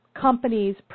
companies